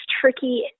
tricky